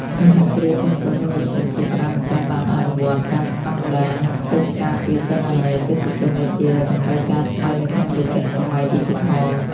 សហគ្រាសធុនតូច និងមធ្យម ជាច្រើនមិនទាន់បានអនុវត្តតាមស្ដង់ដារ "កិច្ចការពារទិន្នន័យអតិថិជន" ដែលជាតម្រូវការថ្មីនៅក្នុងយុគសម័យឌីជីថល។